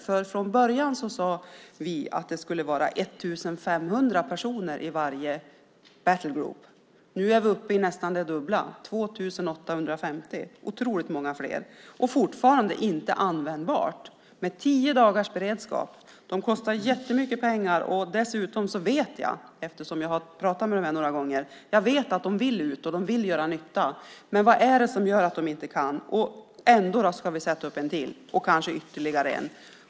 Från början sade vi att det skulle vara 1 500 personer i varje battlegroup . Nu är vi uppe i nästan det dubbla, 2 850. Det är otroligt många fler. Men fortfarande är detta inte användbart. Det är tio dagars beredskap. De kostar jättemycket pengar, och dessutom vet jag, eftersom jag har pratat med dem några gånger, att de vill ut och göra nytta. Vad är det som gör att de inte kan? Ändå ska vi sätta upp en till, och kanske ytterligare en.